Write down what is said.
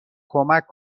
کمک